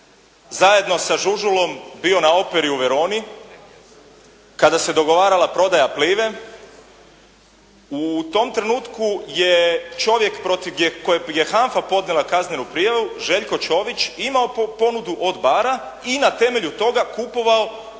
zajedno sa Žužulom bio na operi u Veroni, kada se dogovarala prodaja Plive u tom trenutku je čovjek protiv kojeg je HANFA podnijela kaznenu prijavu, Željko Čović imao ponudu od BARR-a i na temelju toga kupovao dionice